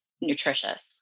nutritious